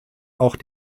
auch